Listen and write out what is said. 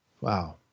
Wow